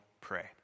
pray